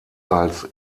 als